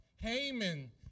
Haman